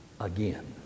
Again